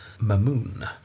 Mamun